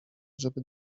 żeby